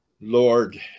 Lord